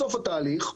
בסוף התהליך,